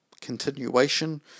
continuation